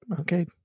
okay